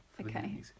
Okay